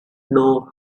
know